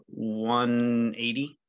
180